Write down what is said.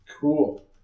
Cool